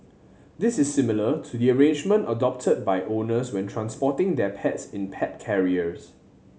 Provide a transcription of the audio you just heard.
this is similar to the arrangement adopted by owners when transporting their pets in pet carriers